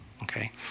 Okay